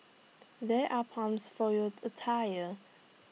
there are pumps for your A tyre